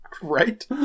Right